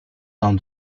dans